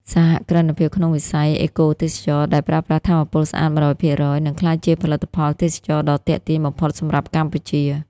សហគ្រិនភាពក្នុងវិស័យ "អេកូទេសចរណ៍" ដែលប្រើប្រាស់ថាមពលស្អាត ១០០% នឹងក្លាយជាផលិតផលទេសចរណ៍ដ៏ទាក់ទាញបំផុតសម្រាប់កម្ពុជា។